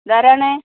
ഇതാരാണ്